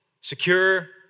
secure